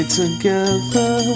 together